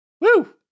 Woo